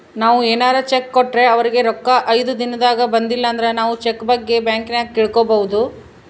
ನಾವು ಏನಾರ ಚೆಕ್ ಕೊಟ್ರೆ ಅವರಿಗೆ ರೊಕ್ಕ ಐದು ದಿನದಾಗ ಬಂದಿಲಂದ್ರ ನಾವು ಚೆಕ್ ಬಗ್ಗೆ ಬ್ಯಾಂಕಿನಾಗ ತಿಳಿದುಕೊಬೊದು